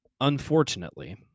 unfortunately